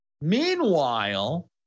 Meanwhile